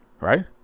right